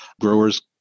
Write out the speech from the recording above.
growers